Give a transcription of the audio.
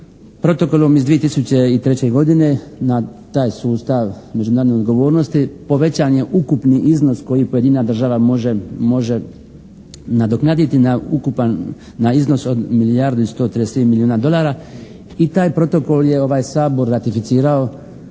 protokolom iz 2003. godine na taj sustav međunarodne odgovornosti povećan je ukupni iznos koji pojedina država može nadoknaditi na iznos od milijardu i 133 milijuna dolara i taj protokol je ovaj Sabor ratificirao